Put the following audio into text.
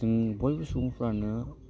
जों बयबो सुबुंफ्रानो